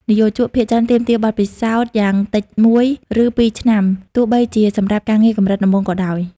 និយោជកភាគច្រើនទាមទារបទពិសោធន៍យ៉ាងតិចមួយ ឬពីរឆ្នាំ ទោះបីជាសម្រាប់ការងារកម្រិតដំបូងក៏ដោយ។